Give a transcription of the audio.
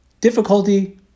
difficulty